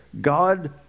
God